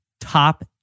Top